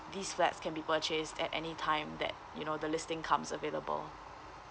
these flats can be purchased at any time that you know the listing comes available